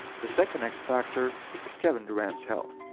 the second x-factor is kevin durant's health.